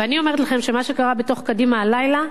ואני אומרת לכם שמה שקרה בתוך קדימה הלילה,